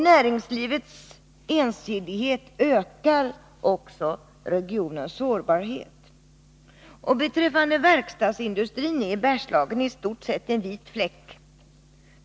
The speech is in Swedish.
Näringslivets ensidighet ökar också regionens sårbarhet. Beträffande verkstadsindustrin är Bergslagen i stort sett som en vit fläck på kartan.